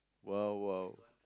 !wow! !wow!